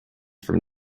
from